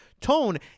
tone